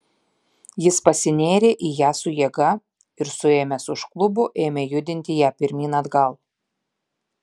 jis pasinėrė į ją su jėga ir suėmęs už klubų ėmė judinti ją pirmyn atgal